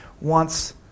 wants